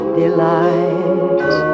delight